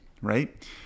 right